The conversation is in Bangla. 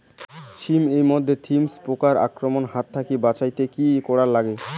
শিম এট মধ্যে থ্রিপ্স পোকার আক্রমণের হাত থাকি বাঁচাইতে কি করা লাগে?